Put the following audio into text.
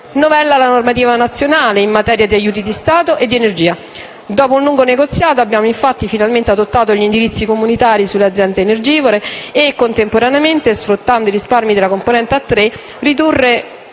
novella la normativa nazionale in materia di aiuti di Stato ed energia. Dopo un lungo negoziato, abbiamo infatti finalmente adottato gli indirizzi comunitari sulle aziende energivore e, contemporaneamente, sfruttando i risparmi della componente A3, ridurremo